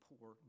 poor